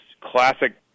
classic